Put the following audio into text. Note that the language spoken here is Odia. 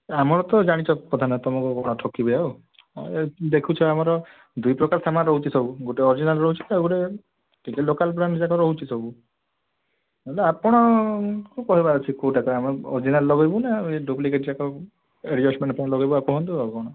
ଆମର ତ ଜାଣିଛ କଥା ନା ତୁମକୁ ଠକିବି ଆଉ ହଁ ଦେଖୁଛ ଆମର ଦୁଇ ପ୍ରକାର ସାମାନ୍ ରହୁଛି ସବୁ ଗୋଟିଏ ଅରିଜିନାଲ୍ ରହୁଛି ଆଉ ଗୋଟିଏ ଟିକିଏ ଲୋକାଲ୍ ବ୍ରାଣ୍ଡ୍ ଯାକ ରହୁଛି ସବୁ ହେଲେ ଆପଣଙ୍କୁ କହିବାର ଅଛି କେଉଁଟା ଅରଜିନାଲ୍ ଲଗେଇବୁ ନା ଆଉ ଏ ଡୁପ୍ଲିକେଟ୍ ଯାକ ଆପଣ ତ ଆଉ କ'ଣ